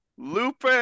Lupe